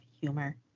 humor